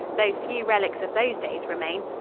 though few relics of those days remain.